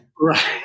Right